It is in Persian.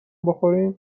بخوریم